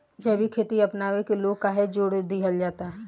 जैविक खेती अपनावे के लोग काहे जोड़ दिहल जाता?